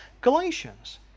Galatians